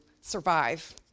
survive